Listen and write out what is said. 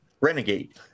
Renegade